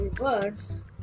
words